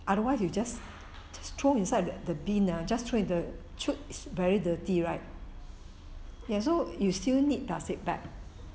otherwise you just throw inside the bin ah just throw in the chute is very dirty right ya so you still need plastic bag